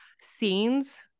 scenes